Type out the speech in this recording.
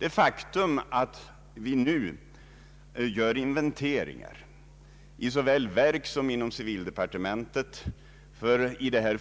Det faktum att vi nu gör inventeringar såväl i verk som inom civildepartementet grundar